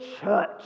church